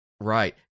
Right